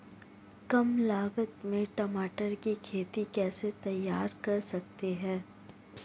कम लागत में टमाटर की खेती कैसे तैयार कर सकते हैं?